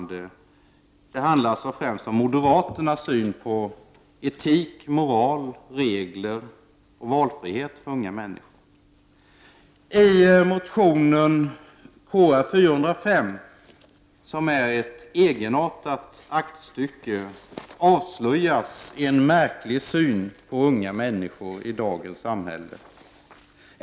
Det handlar alltså om moderaternas syn på etik, moral, regler och valfrihet för unga människor. I motion Kr405, som är ett egenartat aktstycke, avslöjas en märklig syn på unga människor i dagens samhälle.